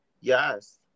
Yes